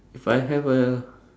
if I have a